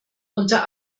unter